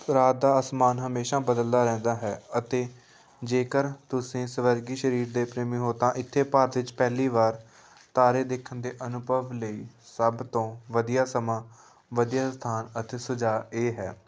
ਰਾਤ ਦਾ ਅਸਮਾਨ ਹਮੇਸ਼ਾਂ ਬਦਲਦਾ ਰਹਿੰਦਾ ਹੈ ਅਤੇ ਜੇਕਰ ਤੁਸੀਂ ਸਵਰਗੀ ਸਰੀਰ ਦੇ ਪ੍ਰੇਮੀ ਹੋ ਤਾਂ ਇੱਥੇ ਭਾਰਤ ਵਿੱਚ ਪਹਿਲੀ ਵਾਰ ਤਾਰੇ ਦੇਖਣ ਦੇ ਅਨੁਭਵ ਲਈ ਸਭ ਤੋਂ ਵਧੀਆ ਸਮਾਂ ਵਧੀਆ ਸਥਾਨ ਅਤੇ ਸੁਝਾਅ ਇਹ ਹੈ